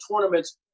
tournaments